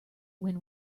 when